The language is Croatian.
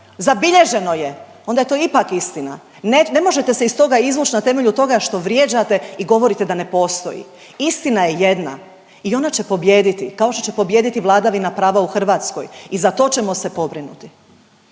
zabilježeno je, onda je to ipak istina. Ne možete se iz toga izvuć na temelju toga što vrijeđate i govorite da ne postoji. Istina je jedna i ona će pobijediti, kao što će pobijediti vladavina prava u Hrvatskoj i za to ćemo se pobrinuti.